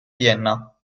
vienna